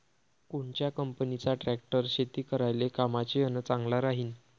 कोनच्या कंपनीचा ट्रॅक्टर शेती करायले कामाचे अन चांगला राहीनं?